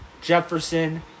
Jefferson